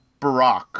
Barack